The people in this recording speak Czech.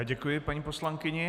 Děkuji paní poslankyni.